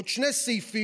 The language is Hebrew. עוד שני סעיפים.